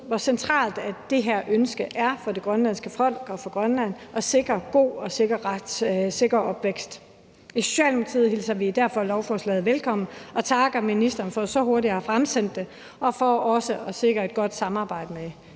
hvor centralt et ønske det er for det grønlandske folk og for Grønland at sikre børn og unge en god og sikker opvækst. I Socialdemokratiet hilser vi derfor lovforslaget velkommen, og vi takker ministeren for så hurtigt at have fremsat det og for også at sikre et godt samarbejde med